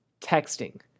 Texting